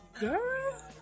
Girl